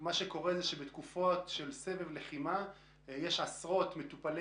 מה שקורה זה שבתקופות של סבבי לחימה יש עשרות מטופלי